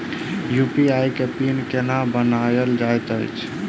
UPI केँ pin केना बनायल जाइत अछि